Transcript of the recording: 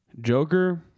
Joker